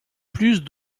plus